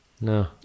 No